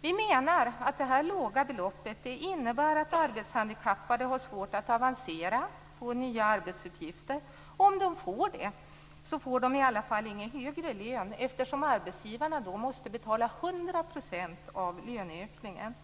Vi menar att det här låga beloppet innebär att arbetshandikappade har svårt att avancera och få nya arbetsuppgifter. Om de får det får de i alla fall ingen högre lön eftersom arbetsgivarna då måste betala 100 % av löneökningen.